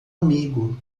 amigo